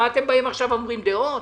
עכשיו אתם באים ואומרים דעות?